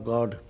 God